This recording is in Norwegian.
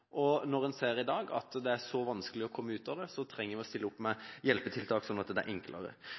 Når en ser i dag at det er så vanskelig å komme ut av det, trenger vi å stille opp med hjelpetiltak, sånn at det er enklere.